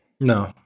No